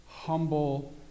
Humble